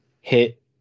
hit